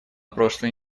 прошлой